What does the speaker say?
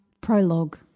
prologue